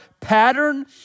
pattern